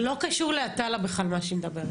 זה לא קשור לעטאללה בכלל מה שהיא מדברת.